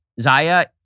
Zaya